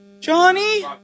Johnny